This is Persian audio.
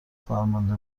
فرمانده